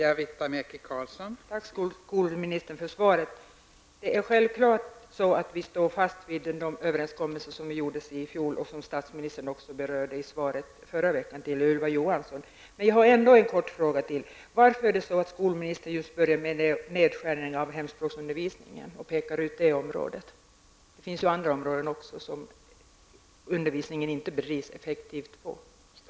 Fru talman! Tack för svaret, skolministern. Vi står självfallet fast vid de överenskommelser som gjordes i fjol och som statsministern berörde i svaret i förra veckan till Ylva Johansson. Jag har ändå en kort fråga till. Varför börjar skolministern med en nedskärning av just hemspråksundervisningen och pekar ut det området? Det finns ju också andra områden där undervisningen inte bedrivs effektivt.